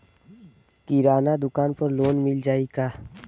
किराना दुकान पर लोन मिल जाई का?